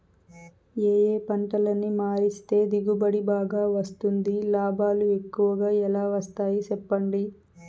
ఏ ఏ పంటలని మారిస్తే దిగుబడి బాగా వస్తుంది, లాభాలు ఎక్కువగా ఎలా వస్తాయి సెప్పండి